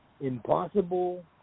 impossible